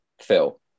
Phil